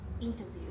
interview